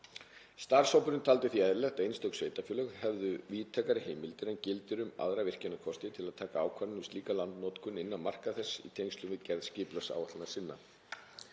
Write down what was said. Starfshópurinn taldi því eðlilegt að einstök sveitarfélög hefðu víðtækari heimildir en gilda um aðra virkjunarkosti til að taka ákvarðanir um slíka landnotkun innan marka þeirra í tengslum við gerð skipulagsáætlana sinna.